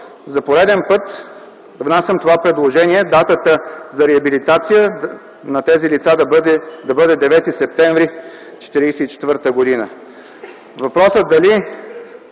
за пореден път внасям това предложение – датата за реабилитация на тези лица да бъде 9 септември 1944 г. Въпросът дали